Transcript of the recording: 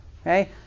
okay